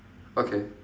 okay